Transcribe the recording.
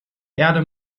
erde